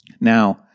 Now